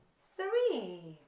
three